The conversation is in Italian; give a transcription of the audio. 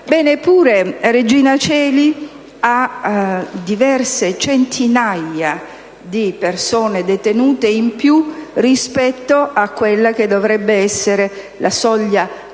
carcere di Regina Coeli ha diverse centinaia di persone detenute in più rispetto a quella che dovrebbe essere la soglia massima